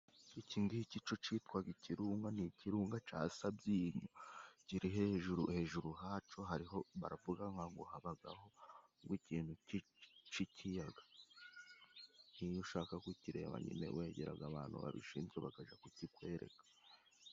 Iki ngiki co citwaga ikirunga ni ikirunga ca Sabyinyo kiri hejuru, hejuru haco hariho baravuga nka ngo habagaho ngo ikintu c'iciyaga, iyo ushaka kukireba nyine wegeraga abantu babishinzwe bakajya kukikwereka.